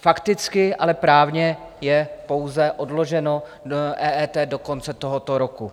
Fakticky, ale právně je pouze odloženo EET do konce tohoto roku.